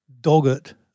dogged